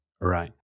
right